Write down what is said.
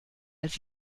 als